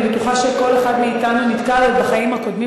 ואני בטוחה שכל אחד מאתנו נתקל בו בחיים הקודמים,